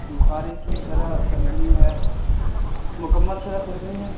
بخاری کی شرح خریدنی ہے مکمل شرح خریدنی ہے